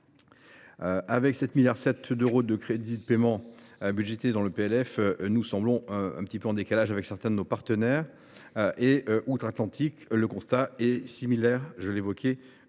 avec 7,7 milliards d’euros de crédits de paiement budgétés dans le PLF, nous semblons un petit peu en décalage avec certains de nos partenaires européens ; outre Atlantique, le constat est similaire, je viens de le